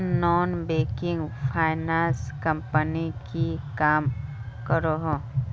Non banking finance company की काम करोहो?